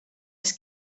els